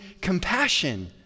compassion